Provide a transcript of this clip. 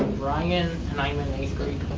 brian, and i'm in eighth grade.